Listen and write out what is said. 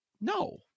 No